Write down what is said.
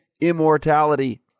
immortality